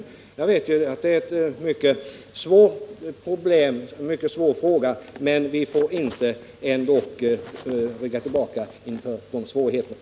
Jag vet att det är en mycket svår fråga, men vi får ändå inte rygga tillbaka inför de svårigheterna.